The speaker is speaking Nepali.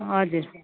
हजुर